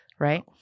right